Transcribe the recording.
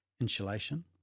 insulation